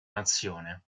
nazione